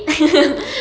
mm